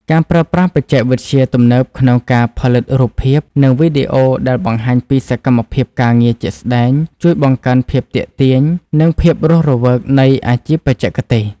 ការប្រើប្រាស់បច្ចេកវិទ្យាទំនើបក្នុងការផលិតរូបភាព និងវីដេអូដែលបង្ហាញពីសកម្មភាពការងារជាក់ស្ដែង ជួយបង្កើនភាពទាក់ទាញ និងភាពរស់រវើកនៃអាជីពបច្ចេកទេស។